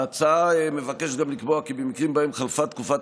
ההצעה מבקשת גם לקבוע כי במקרים שבהם חלפה תקופת